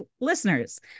Listeners